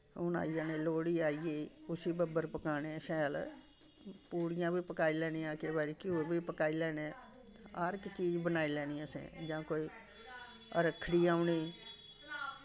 हून आई जाने लोह्ड़ी आई गेई उस्सी बब्बर पकाने शैल पूड़ियां बी पकाई लैनियां केईं बारी घ्यूर बी पकाई लैने हर इक चीज बनाई लैनी असें जां कोई रक्खड़ी औनी